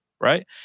right